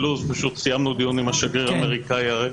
סיימנו דיון עם השגריר האמריקאי.